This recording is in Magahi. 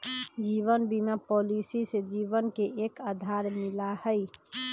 जीवन बीमा पॉलिसी से जीवन के एक आधार मिला हई